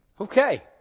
Okay